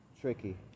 Tricky